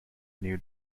new